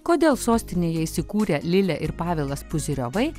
kodėl sostinėje įsikūrę lilė ir pavelas puzyriovai